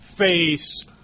Face